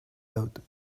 out